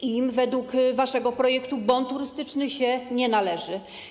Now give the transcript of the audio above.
Im według waszego projektu bon turystyczny się nie należy.